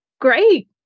Great